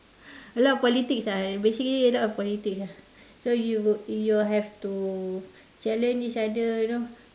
a lot of politics lah basically a lot of politics lah so you you have to challenge each other you know